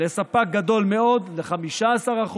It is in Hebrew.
ולספק גדול מאוד, ל-15%.